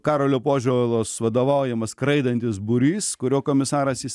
karolio požėlos vadovaujama skraidantis būrys kurio komisaras jis